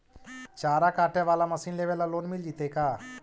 चारा काटे बाला मशीन लेबे ल लोन मिल जितै का?